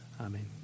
Amen